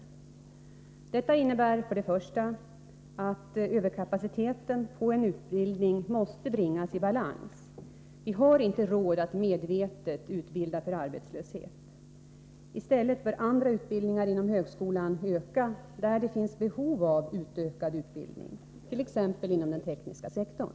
För det första innebär detta att en utbildning med överkapacitet måste bringas i balans. Vi har inte råd att medvetet utbilda för arbetslöshet. I stället bör andra utbildningar inom högskolan öka, utbildningar där det finns behov av en utökning, t.ex. inom den tekniska sektorn.